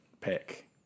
pick